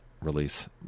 release